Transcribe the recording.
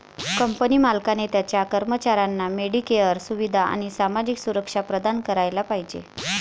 company मालकाने त्याच्या कर्मचाऱ्यांना मेडिकेअर सुविधा आणि सामाजिक सुरक्षा प्रदान करायला पाहिजे